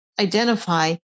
identify